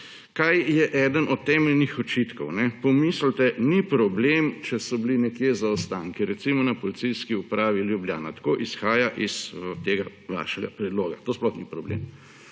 kaj je eden od temeljnih očitkov. Pomislite, ni problem, če so bili nekje zaostanki, recimo na Policijski upravi Ljubljana, tako izhaja iz tega vašega predloga, to sploh ni problem.